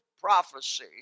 prophecy